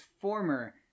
former